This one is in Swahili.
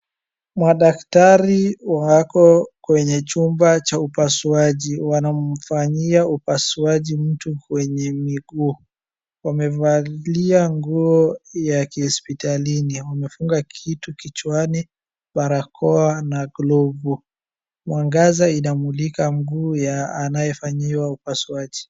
Madaktari wako kwenye chumba cha upasuaji, wanamfanyia upasuaji mtu kwenye miguu. Wamevalia nguo ya kihospitalini, wamefunga kitu kichwani, barakoa na glovu. Mwangaza inamulika mguu ya anayefanyiwa upasuaji.